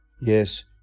Yes